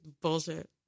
bullshit